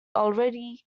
already